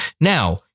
Now